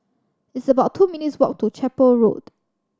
it's about two minutes' walk to Chapel Road